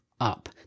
up